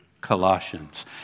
Colossians